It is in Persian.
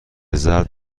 زرد